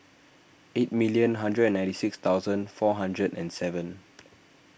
eighty million hundred ninety six thousand four hundred and seven